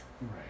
Right